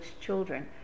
children